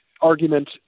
argument